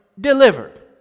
delivered